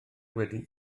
wedi